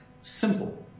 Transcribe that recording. simple